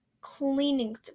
cleaning